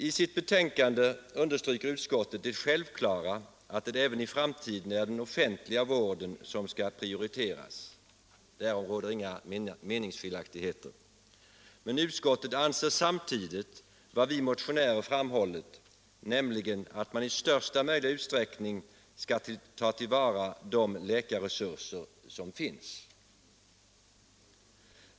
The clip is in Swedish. I sitt betänkande understryker utskottet det självklara i att det även i framtiden är den offentliga vården som skall prioriteras. Därom råder inga meningsskiljaktigheter. Men utskottet ansluter sig samtidigt till vad 51 vi motionärer framhållit, nämligen att man i största möjliga utsträckning skall ta till vara de läkarresurser som finns.